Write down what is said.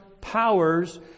powers